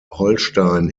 holstein